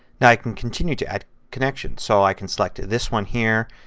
now i can continue to add connections. so i can select this one here,